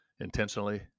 intentionally